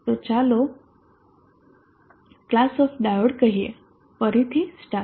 તો ચાલો class of diode કહીએ ફરીથી સ્ટાર